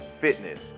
fitness